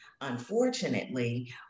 Unfortunately